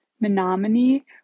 Menominee